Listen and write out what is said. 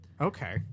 Okay